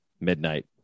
midnight